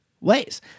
ways